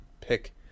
pick